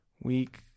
week